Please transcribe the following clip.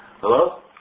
Hello